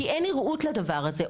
כי אין נראות לדבר הזה,